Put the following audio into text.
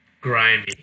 grimy